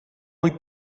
ull